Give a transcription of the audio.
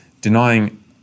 denying